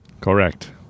Correct